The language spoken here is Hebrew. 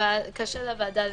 קשה לוועדה להתכנס.